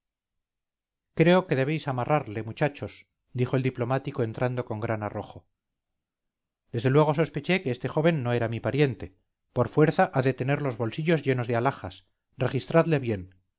creo que debéis amarrarle muchachos dijo el diplomático entrando con gran arrojo desde luego sospeché que este joven no era mi pariente por fuerza ha de tener los bolsillos llenos de alhajas registradle bien